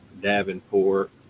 davenport